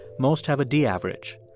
most have a d average.